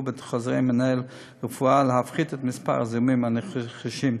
בחוזרי מינהל רפואה ולהפחית את מספר הזיהומים הנרכשים.